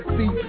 See